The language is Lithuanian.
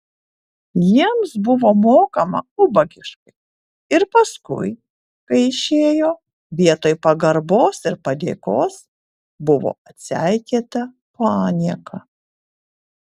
jiems buvo mokama ubagiškai ir paskui kai išėjo vietoj pagarbos ir padėkos buvo atseikėta panieka